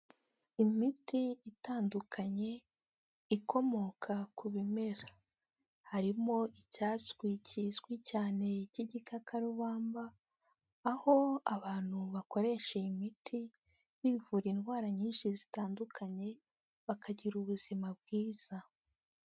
Imiti itandukanye ikomoka ku bimera harimo icyatsi kizwi cyane cy'igitakakarubamba aho abantu bakoresha iyi imiti bivura indwara nyinshi zitandukanye bakagira ubuzima bwiza.